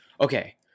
Okay